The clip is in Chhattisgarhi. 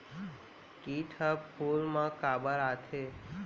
किट ह फूल मा काबर आथे?